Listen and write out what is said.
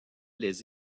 les